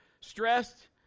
stressed